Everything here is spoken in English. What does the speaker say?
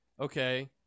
okay